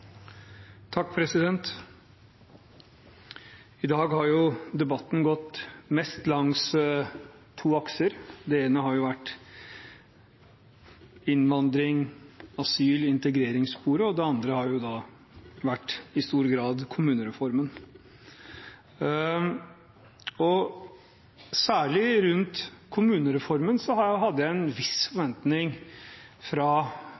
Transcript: I dag har debatten gått mest langs to akser. Det ene har vært innvandrings-, asyl- og integreringssporet, og det andre har i stor grad vært kommunereformen. Særlig rundt kommunereformen hadde jeg en viss forventning